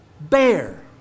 bear